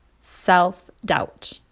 Self-doubt